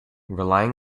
relying